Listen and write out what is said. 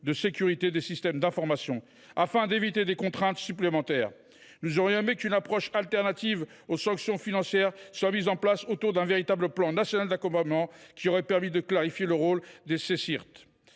de sécurité des systèmes d’information, afin d’éviter des contraintes supplémentaires. Nous aurions aimé qu’une approche alternative aux sanctions financières soit mise en place autour d’un véritable plan national d’accompagnement. Cela aurait permis de clarifier le rôle des centres